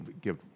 give